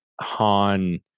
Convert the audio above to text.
Han